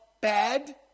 bad